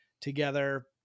together